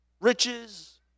Riches